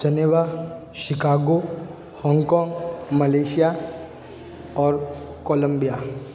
जनेवा Chicago Hong Kong Malaysia और Colombia